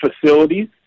facilities